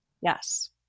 yes